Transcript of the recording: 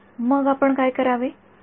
मग आपण काय करावे